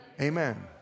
Amen